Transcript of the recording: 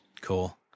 Cool